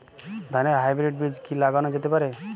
ধানের হাইব্রীড বীজ কি লাগানো যেতে পারে?